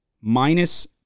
minus